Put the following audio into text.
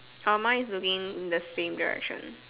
uh mine is looking in the same direction